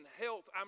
health